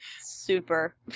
Super